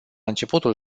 începutul